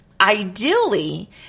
Ideally